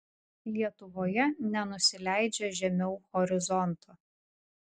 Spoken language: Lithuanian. lietuvoje nenusileidžia žemiau horizonto